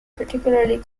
particularly